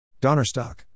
Donnerstock